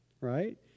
right